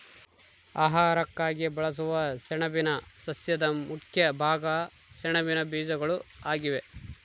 ಆಹಾರಕ್ಕಾಗಿ ಬಳಸುವ ಸೆಣಬಿನ ಸಸ್ಯದ ಮುಖ್ಯ ಭಾಗ ಸೆಣಬಿನ ಬೀಜಗಳು ಆಗಿವೆ